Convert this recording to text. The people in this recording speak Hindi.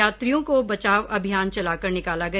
यात्रियों को बचाव अभियान चलाकर निकाला गया